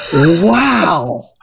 Wow